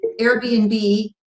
Airbnb